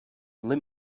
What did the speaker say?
let